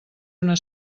una